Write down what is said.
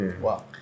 wow